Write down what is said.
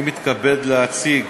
אני מתכבד להציג